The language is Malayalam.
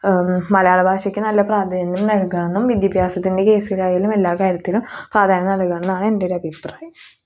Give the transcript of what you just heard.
മലയാള ഭാഷയ്ക്ക് നല്ല പ്രാധാന്യം നൽകണമെന്നും വിദ്യാഭ്യാസത്തിൻ്റെ കേസിലായാലും എല്ലാ കാര്യത്തിലും പ്രാധാന്യം നല്കണമെന്നാണ് എൻ്റൊരഭിപ്രായം